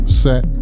set